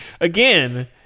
again